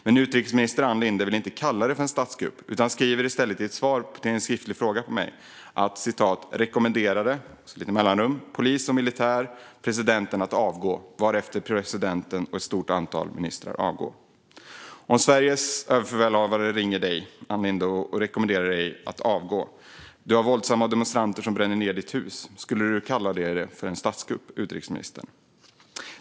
Men utrikesminister Ann Linde vill inte kalla det för en statskupp utan skriver i stället i ett svar på en skriftlig fråga från mig att polisen och militären rekommenderade "presidenten att avgå, varefter presidenten och ett stort antal ministrar avgick". Om Sveriges överbefälhavare ringer dig, Ann Linde, och "rekommenderar" dig att avgå, samtidigt som våldsamma demonstranter bränner ned ditt hus, skulle du kalla det för en statskupp, utrikesministern?